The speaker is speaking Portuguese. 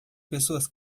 pessoas